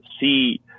see